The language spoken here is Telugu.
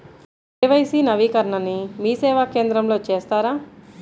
కే.వై.సి నవీకరణని మీసేవా కేంద్రం లో చేస్తారా?